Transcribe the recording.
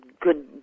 good